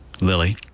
Lily